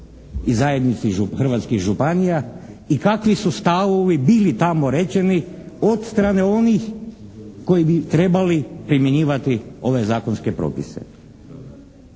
i zajednici hrvatskih županija i kakvi su stavovi bili tamo rečeni od strane onih koji bi trebali primjenjivati ove zakonske propise.